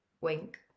Wink